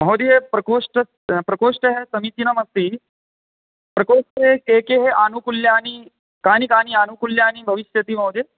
महोदय प्रकोष्ठ प्रकोष्ठः समीचीनम् अस्ति प्रकोष्ठे के के आनुकूल्यानि कानि कानि आनुकूल्यानि भविष्यन्ति महोदय